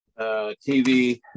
TV